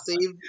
save